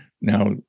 Now